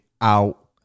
out